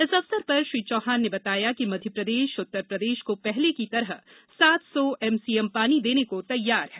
इस अवसर पर श्री चौहान ने बताया कि मध्यप्रदेश उत्तरप्रदेश को पहले की तरह सात सौ एमसीएम पानी देने को तैयार है